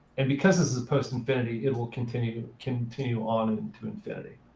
and because this is post-infinity, it will continue to continue on to infinity.